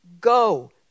go